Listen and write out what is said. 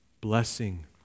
blessing